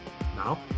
now